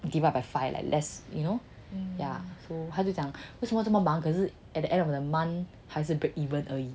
you give up by five at less you know yeah so 他就讲为什么这么忙可是 at the end of the month 还是 break even 而已